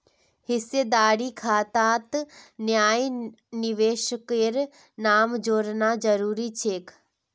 हिस्सेदारी खातात नया निवेशकेर नाम जोड़ना जरूरी छेक